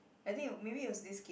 I think you maybe it was this game